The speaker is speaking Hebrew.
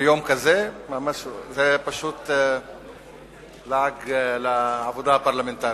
ביום כזה, זה פשוט לעג לעבודה הפרלמנטרית.